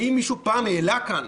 האם מישהו העלה כאן,